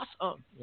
awesome